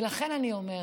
ולכן אני אומרת,